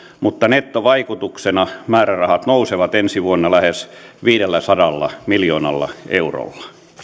mutta nettovaikutuksena määrärahat nousevat ensi vuonna lähes viidelläsadalla miljoonalla eurolla